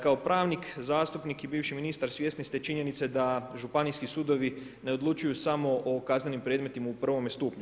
Kao pravnik, zastupnik i bivši ministar svjesni ste činjenica da županijski sudovi ne odlučuju samo o kaznenim predmetima u prvome stupnju.